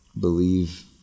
believe